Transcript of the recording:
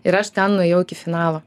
ir aš ten nuėjau iki finalo